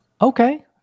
Okay